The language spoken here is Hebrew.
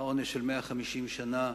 העונש של 150 שנה,